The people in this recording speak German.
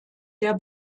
der